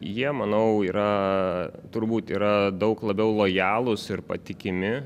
jie manau yra turbūt yra daug labiau lojalūs ir patikimi